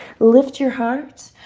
lift your heart.